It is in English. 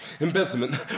embezzlement